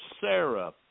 Sarah